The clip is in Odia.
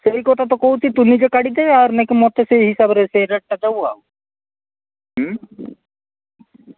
ସେଇ କଥା ତ କହୁଛି ତି ନିଜେ କାଢ଼ିଦେ ଆଉ ନେଇକି ମୋତେ ସେ ହିସାବରେ ସେ ରେଟ୍ଟା ଦେବୁ ଆଉ ହୁଁ